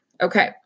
Okay